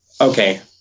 Okay